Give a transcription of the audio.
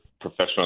professional